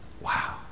Wow